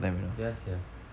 ya sia